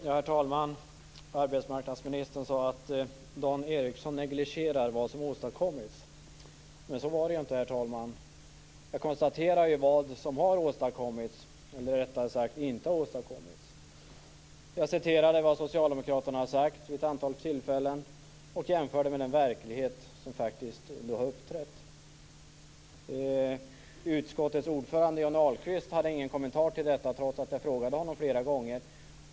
Herr talman! Arbetsmarknadsministern sade att jag negligerade vad som har åstadkommits. Så var det inte, herr talman. Jag konstaterade vad som har åstadkommits, eller rättare sagt inte har åstadkommits. Jag citerade vad socialdemokraterna har sagt vid ett antal tillfällen och jämförde med verkligheten. Utskottets ordförande Johnny Ahlqvist hade inga kommentarer till detta, trots att jag frågade honom flera gånger.